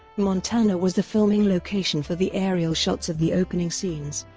montana was the filming location for the aerial shots of the opening scenes,